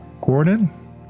Gordon